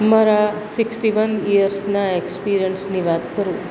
મારા sixty one યર્સના એક્સપીરિયંસની વાત કરું